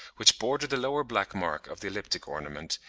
which border the lower black mark of the elliptic ornament,